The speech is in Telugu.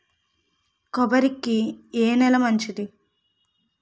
కొబ్బరి కి ఏ నేల మంచిది?